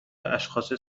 اشخاص